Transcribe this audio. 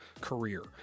career